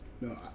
No